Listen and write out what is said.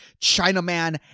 Chinaman